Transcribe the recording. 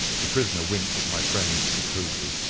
the prisoner winked at my friend jocosely.